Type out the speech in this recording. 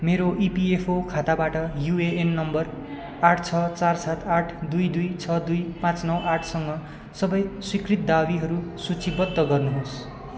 मेरो इपिएफओ खाताबाट UAN number आठ छ चार सात आठ दुई दुई छ दुई पाँच नौ आठसँग सबै स्वीकृत दावीहरू सूचीबद्ध गर्नु होस्